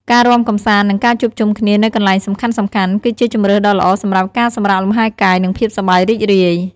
ការរាំកម្សាន្ត និងការជួបជុំគ្នានៅកន្លែងសំខាន់ៗ គឺជាជម្រើសដ៏ល្អសម្រាប់ការសម្រាកលំហែកាយ និងភាពសប្បាយរីករាយ។